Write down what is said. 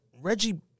Reggie